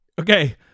Okay